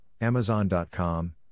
Amazon.com